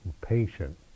patient